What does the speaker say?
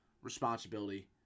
responsibility